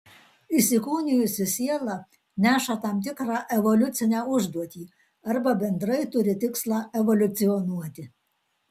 įsikūnijusi siela neša tam tikrą evoliucinę užduotį arba bendrai turi tikslą evoliucionuoti